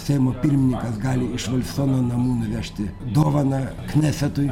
seimo pirmininkas gali iš valsono namų nuvežti dovaną knesetui